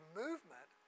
movement